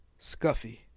Scuffy